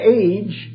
age